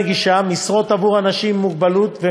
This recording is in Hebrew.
משרות עבור אנשים עם מוגבלות,